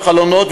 בחלונות,